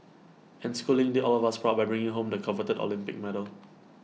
and schooling did all of us proud by bringing home the coveted Olympic medal